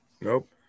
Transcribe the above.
Nope